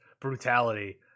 brutality